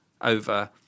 over